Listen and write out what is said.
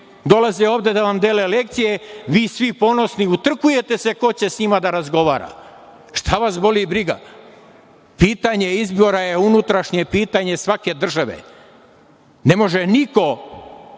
dolaze ovde da vam dele lekcije, vi svi ponosni utrkujete se ko će s njima da razgovara. Šta vas boli briga? Pitanje izbora je unutrašnje pitanje svake države. Ne može niko